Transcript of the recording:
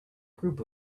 group